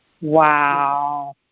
Wow